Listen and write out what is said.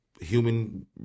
human